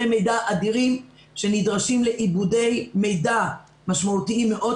מידע אדירים שנדרשים לעיבודי מידע משמעותיים מאוד,